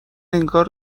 انگار